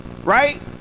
Right